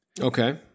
Okay